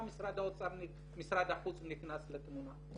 משרד החוץ נכנס לתמונה בעניין התקציב?